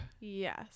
Yes